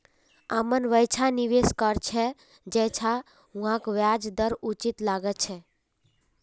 अमन वैछा निवेश कर छ जैछा वहाक ब्याज दर उचित लागछे